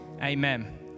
amen